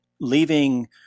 leaving